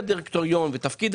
שמצבת כוח האדם של החברה לא עולה.